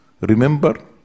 Remember